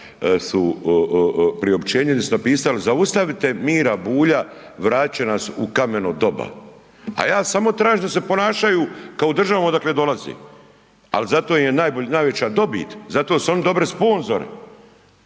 su priopćenje di su napisali zaustavite Mira Bulja, vratit će nas u kameno doba, a ja samo tražim da se ponašaju kao u državama odakle dolaze, al' zato im je najbolja, najveća dobit, zato su oni dobri sponzori,